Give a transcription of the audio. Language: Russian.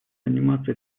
заниматься